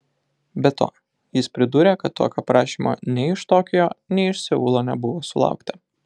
be to jis pridūrė kad tokio prašymo nei iš tokijo nei iš seulo nebuvo sulaukta